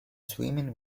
swimming